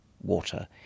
water